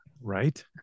Right